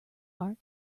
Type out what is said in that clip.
are